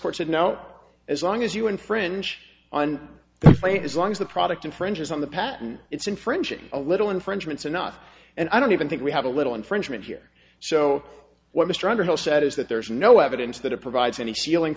course and now as long as you infringe on the plate as long as the product infringes on the patent it's infringing a little infringements enough and i don't even think we have a little infringement here so what mr underhill said is that there is no evidence that it provides any sealing